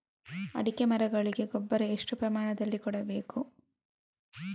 ಅಡಿಕೆ ಮರಗಳಿಗೆ ಗೊಬ್ಬರ ಎಷ್ಟು ಪ್ರಮಾಣದಲ್ಲಿ ಕೊಡಬೇಕು?